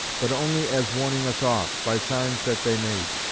but only as warning us off, by signs that they made.